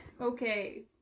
okay